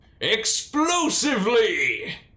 Explosively